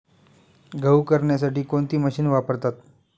गहू करण्यासाठी कोणती मशीन वापरतात?